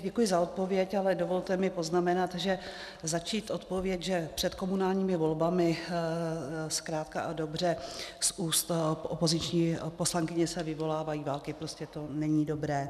Děkuji tedy za odpověď, ale dovolte mi poznamenat, že začít odpověď, že před komunálními volbami zkrátka a dobře z úst opoziční poslankyně se vyvolávají války, prostě to není dobré.